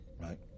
right